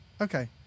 Okay